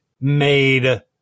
made